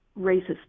racist